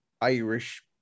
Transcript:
Irish